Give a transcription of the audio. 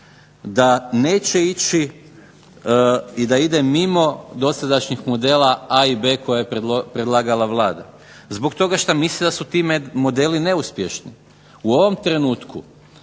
da neće ići i da ide mimo dosadašnjih modela A i B koje je predlagala Vlada, zbog toga šta misli da su time modeli neuspješni. U ovom trenutku